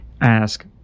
Ask